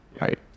Right